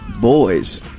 boys